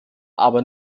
aber